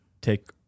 take